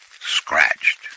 Scratched